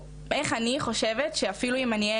איך אני חושבת שאפילו אם אני אהיה